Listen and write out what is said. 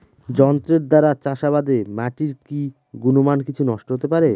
যন্ত্রের দ্বারা চাষাবাদে মাটির কি গুণমান কিছু নষ্ট হতে পারে?